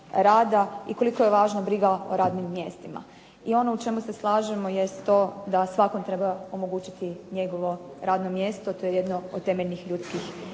rada i kolika je važnost o radnim mjestima. I ono u čemu se slažemo jest to da svakom treba omogućiti njegovo radno mjesto to je jedno od temeljnih ljudskih